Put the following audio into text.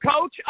Coach